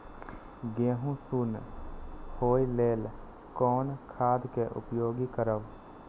गेहूँ सुन होय लेल कोन खाद के उपयोग करब?